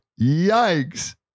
Yikes